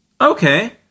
Okay